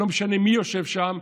לא משנה מי יושב שם,